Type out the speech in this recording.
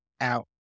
out